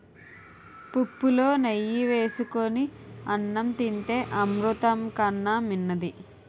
పుప్పులో నెయ్యి ఏసుకొని అన్నం తింతే అమృతం కన్నా మిన్నది